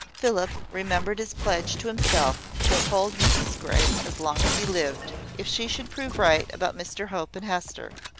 philip remembered his pledge to himself to uphold mrs grey as long as he lived, if she should prove right about mr hope and hester.